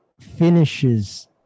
finishes